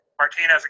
Martinez